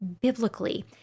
biblically